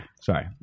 Sorry